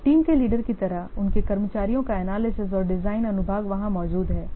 एक टीम के लीडर की तरह उनके कर्मचारियों का एनालिसिस और डिजाइन अनुभाग वहां मौजूद हैं